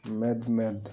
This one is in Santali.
ᱢᱮᱫ ᱢᱮᱫ